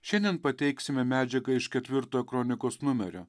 šiandien pateiksime medžiagą iš ketvirto kronikos numerio